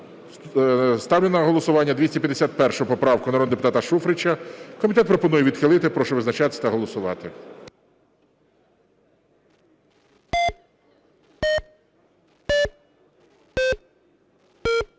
Ставлю на голосування 251 поправку народного депутата Шуфрича. Комітет пропонує відхилити. Прошу визначатись та голосувати.